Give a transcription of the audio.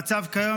המצב כיום,